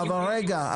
אבל רגע.